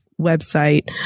website